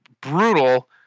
brutal